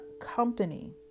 company